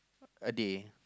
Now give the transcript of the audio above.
a day